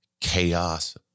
chaos